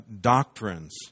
doctrines